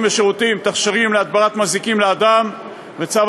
ושירותים (תכשירים להדברת מזיקים לאדם) וצו